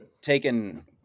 taken